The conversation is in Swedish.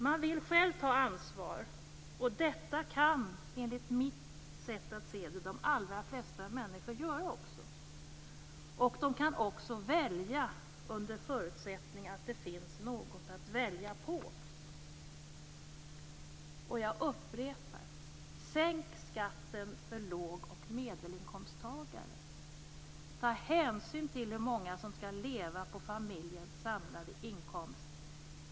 Man vill själv ta ansvar, och det kan - enligt mitt sätt att se det - de allra flesta människor göra. De kan också välja under förutsättning att det finns något att välja mellan. Jag upprepar: Sänk skatten för låg och medelinkomsttagare! Ta hänsyn till hur många som skall leva på familjens samlade inkomst!